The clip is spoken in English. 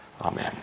Amen